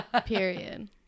Period